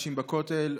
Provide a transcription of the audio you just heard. נשים בכותל,